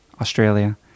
Australia